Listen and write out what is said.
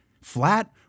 flat